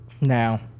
Now